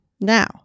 Now